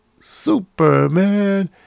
Superman